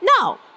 no